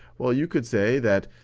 well, you could say that